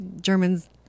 Germans